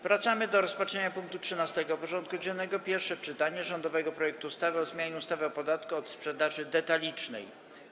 Powracamy do rozpatrzenia punktu 13. porządku dziennego: Pierwsze czytanie rządowego projektu ustawy o zmianie ustawy o podatku od sprzedaży detalicznej.